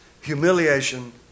humiliation